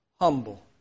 humble